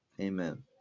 amen